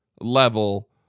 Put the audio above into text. level